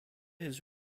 his